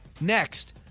Next